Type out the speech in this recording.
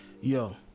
Yo